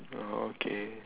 okay